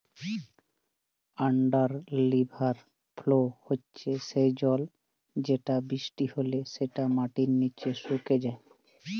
under river flow হচ্যে সেই জল যেটা বৃষ্টি হলে যেটা মাটির নিচে সুকে যায়